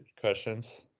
questions